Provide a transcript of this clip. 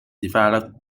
developed